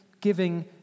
giving